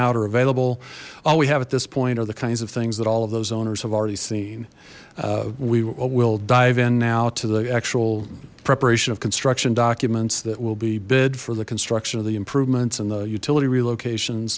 out or available all we have at this point are the kinds of things that all of those owners have already seen we will dive in now to the actual preparation of construction documents that will be bid for the construction of the improvements and the utility relocation